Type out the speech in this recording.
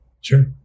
Sure